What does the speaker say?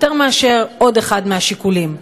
יותר מאשר עוד אחד מהשיקולים.